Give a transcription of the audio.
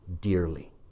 dearly